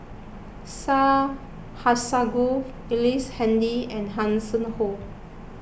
Syed Alsagoff Ellice Handy and Hanson Ho